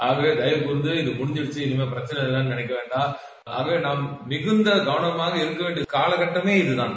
ஆகவே தயவுகூர்ந்து இது மேடிஞ்சிடிச்க இனி பிரச்சினை இல்லை என்று நினைக்க வேண்டாம் ஆகவே நாம் மிகுந்த கவனமாக இருக்க வேண்டிய காலகட்டமே இதுகான்